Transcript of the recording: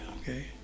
Okay